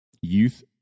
youth